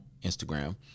instagram